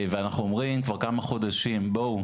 ואנחנו אומרים כבר כמה חודשים בואו,